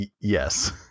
Yes